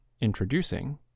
Introducing